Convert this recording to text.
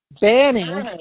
banning